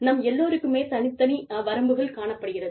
நம் எல்லோருக்குமே தனித்தனி வரம்புகள் காணப்படுகிறது